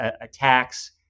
attacks